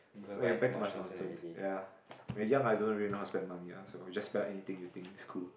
oh your bag too much nonsense ya when young ah you don't really know how to spend money ah so you just spend on anything you think it's cool